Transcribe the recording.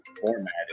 format